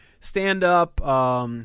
stand-up